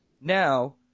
Now